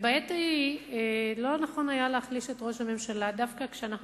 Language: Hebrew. בעת ההיא לא נכון היה להחליש את ראש הממשלה דווקא כשאנחנו